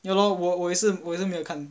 ya lor 我也是也是没有看